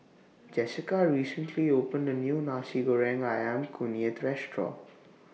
Jessica recently opened A New Nasi Goreng Ayam Kunyit Restaurant